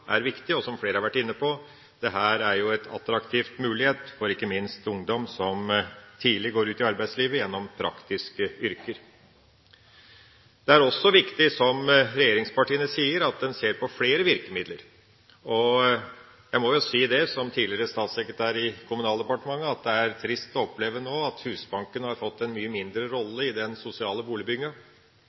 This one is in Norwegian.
er viktig. Og som flere har vært inne på: Dette er en attraktiv mulighet ikke minst for ungdom som tidlig går ut i arbeidslivet gjennom praktiske yrker. Det er også viktig, som regjeringspartiene sier, at en ser på flere virkemidler. Jeg må, som tidligere statssekretær i Kommunaldepartementet, si at det er trist å oppleve at Husbanken nå har fått en mye mindre rolle i den sosiale boligbygginga.